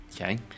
Okay